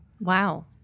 Wow